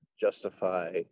justify